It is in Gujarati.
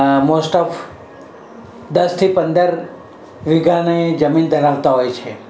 મોસ્ટ ઓફ દસથી પંદર વીઘાની જમીન ધરાવતા હોય છે